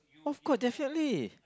of course definitely